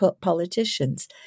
politicians